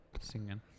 singing